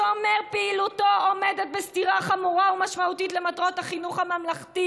שאומר "פעילותו עומדת בסתירה חמורה ומשמעותית למטרות החינוך הממלכתי"